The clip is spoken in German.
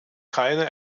keine